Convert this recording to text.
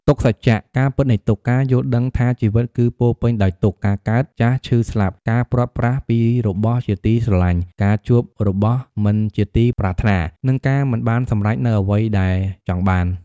ទុក្ខសច្ចៈ ការពិតនៃទុក្ខ ការយល់ដឹងថាជីវិតគឺពោរពេញដោយទុក្ខ ការកើត ចាស់ ឈឺ ស្លាប់ ការព្រាត់ប្រាសពីរបស់ជាទីស្រឡាញ់ ការជួបរបស់មិនជាទីប្រាថ្នា និងការមិនបានសម្រេចនូវអ្វីដែលចង់បាន។